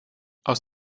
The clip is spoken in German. aus